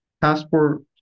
passport